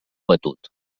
batut